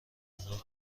اونا